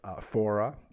Fora